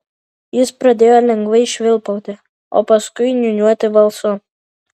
jis pradėjo lengvai švilpauti o paskui niūniuoti balsu